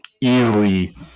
easily